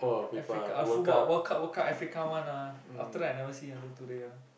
Africa uh football World Cup World Cup Africa won ah after that I never see until today ah